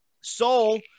soul